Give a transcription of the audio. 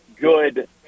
good